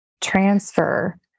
transfer